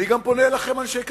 אני גם פונה אליכם, אנשי קדימה.